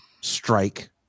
strike